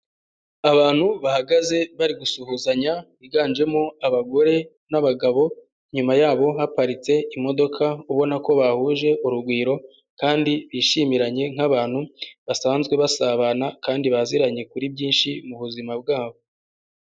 Abantu bahagaze bari gusuhuzanya, biganjemo abagore n'abagabo, inyuma yabo haparitse imodoka ubona ko bahuje urugwiro kandi bishimiranye nk'abantu basanzwe basabana kandi baziranye kuri byinshi mu buzima bwabo.